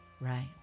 Right